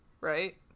right